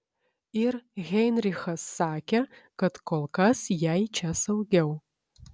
ir heinrichas sakė kad kol kas jai čia saugiau